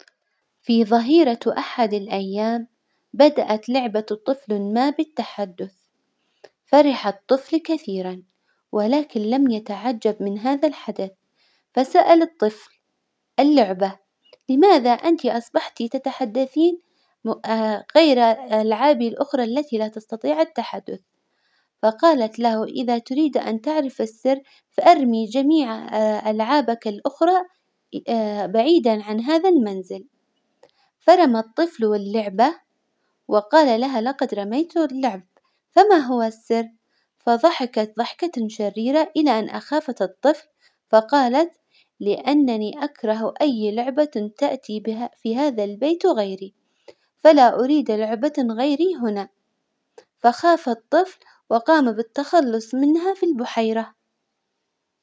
في ظهيرة أحد الأيام بدأت لعبة طفل ما بالتحدث، فرح الطفل كثيرا ولكن لم يتعجب من هذا الحدث، فسأل الطفل اللعبة لماذا أنتي أصبحتي تتحدثين م- غير الألعاب الأخرى التي لا تستطيع التحدث؟ فقالت له إذا تريد أن تعرف السر فإرمي جميع ألعابك الأخرى بعيدا عن هذا المنزل، فرمى الطفل واللعبة وقال لها لقد رميت اللعب فما هو السر? فظحكت ظحكة شريرة إلى أن أخافت الطفل، فقالت لأنني أكره أي لعبة تأتي ب- في هذا البيت غيري، فلا أريد لعبة غيري هنا، فخاف الطفل وقام بالتخلص منها في البحيرة.